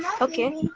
Okay